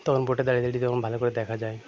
তখন বোটে দাঁড়িয়ে দাঁড়িয়ে তখন ভালো করে দেখা যায়